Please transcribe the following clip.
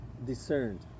discerned